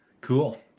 cool